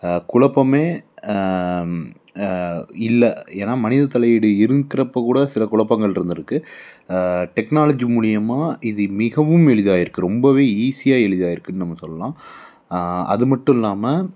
குழப்பமே இல்லை ஏன்னால் மனித தலையீடு இருக்கிறப்ப கூட சில குழப்பங்கள் இருந்துருக்குது டெக்னாலஜி மூலிமா இது மிகவும் எளிதாகிருக்கு ரொம்பவே ஈஸியாக எளிதாக இருக்கும்னு நம்ம சொல்லலாம் அது மட்டும் இல்லாமல்